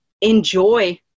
enjoy